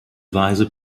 weise